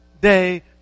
day